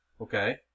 okay